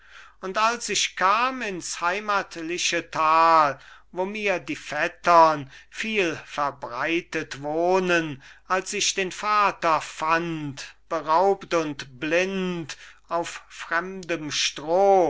und als ich kam ins heimatliche tal wo mir die vettern viel verbreitet wohnen als ich den vater fand beraubt und blind auf fremdem stroh